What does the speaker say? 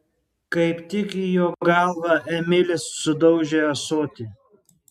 kaip tik į jo galvą emilis sudaužė ąsotį